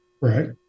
Right